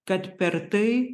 kad per tai